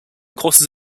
courses